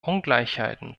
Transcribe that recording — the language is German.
ungleichheiten